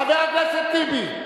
חבר הכנסת טיבי,